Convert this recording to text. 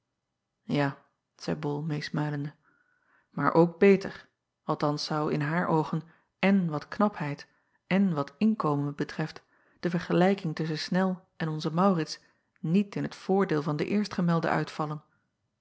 a zeî ol meesmuilende maar ook beter althans zou in haar oogen èn wat knapheid èn wat inkomen betreft de vergelijking tusschen nel en onzen aurits niet in t voordeel van den eerstgemelde uitvallen